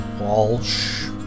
Walsh